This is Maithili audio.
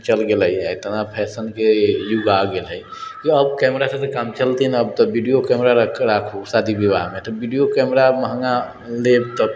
चलि गेलै हँ आओर एतना फैशनके युग आ गेल हइ जे अब कैमरासँ तऽ काम चलतै नहि अब वीडियो कैमरा राखू शादी विवाहमे तऽ वीडियो कैमरा महगा लेब तऽ ओकर